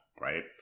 right